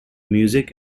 music